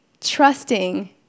trusting